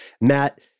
Matt